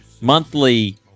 monthly